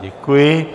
Děkuji.